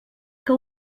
que